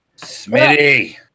Smitty